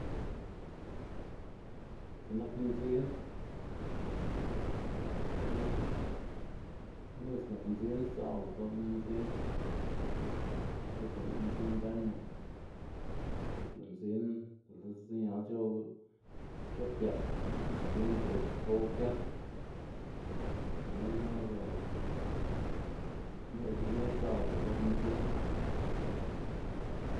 C̲h̲i nak mzin lë'kga ñu'dz nak mzin sdza'lda ldoma mzin, lëk'ga c̲h̲u'nn mzin daño, na'p lë' mzin bë' lë ziñal c̲h̲ow c̲h̲obgiat lë' mzin ted gow giat, gununa liga ñu'dz mzin sdza'lda ldoꞌma mzin.